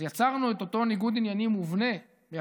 אז יצרנו את אותו ניגוד עניינים מובנה של